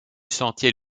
sentier